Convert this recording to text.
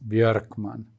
Björkman